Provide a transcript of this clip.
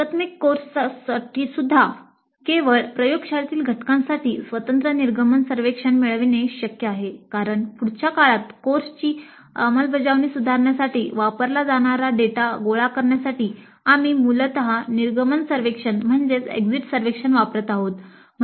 एकात्मिक कोर्ससाठीसुद्धा केवळ प्रयोगशाळेतील घटकांसाठी स्वतंत्र निर्गमन सर्वेक्षण मिळवणे शक्य आहे कारण पुढच्या काळात कोर्सची अंमलबजावणी सुधारण्यासाठी वापरला जाणारा डेटा गोळा करण्यासाठी आम्ही मूलत निर्गमन सर्वेक्षण वापरत आहोत